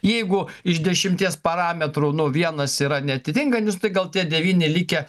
jeigu iš dešimties parametrų nu vienas yra neatitinkantis nu tai gal tie devyni likę